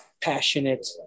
passionate